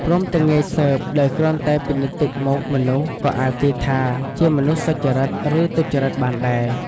ព្រមទាំងងាយស៊ើបដោយគ្រាន់តែ ពិនិត្យទឹកមុខមនុស្ស ក៏អាចទាយថា ជាមនុស្សសុចរិត ឬទុច្ចរិតបានដែរ។